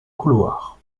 couloir